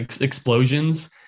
explosions